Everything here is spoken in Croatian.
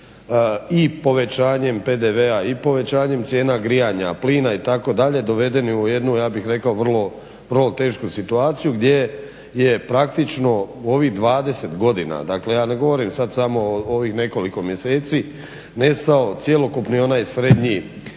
i povećanjem PDV-a i povećanjem cijena grijanja, plina itd. dovedeni u jednu ja bih rekao vrlo tešku situaciju gdje je praktično u ovih 20 godina, dakle ja ne govorim sad samo o ovih nekoliko mjeseci nestao cjelokupni onaj srednji